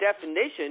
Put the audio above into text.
definition